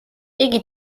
იგი